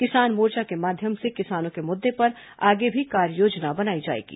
किसान मोर्चा के माध्यम से किसानों के मुद्दे पर आगे भी कार्ययोजना बनाई जाएगी